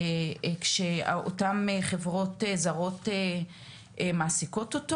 כשאותן חברות זרות מעסיקות אותו?